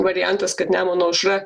variantas kad nemuno aušra